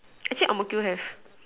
actually ang-mo-kio have